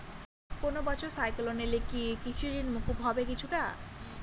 কোনো বছর সাইক্লোন এলে কি কৃষি ঋণ মকুব হবে কিছুটা?